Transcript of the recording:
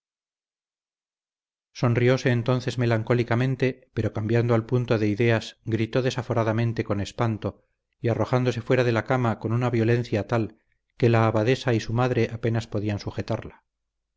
también sonrióse entonces melancólicamente pero cambiando al punto de ideas gritó desaforadamente con espanto y arrojándose fuera de la cama con una violencia tal que la abadesa y su madre apenas podían sujetarla